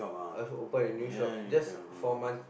uh open a new shop just four months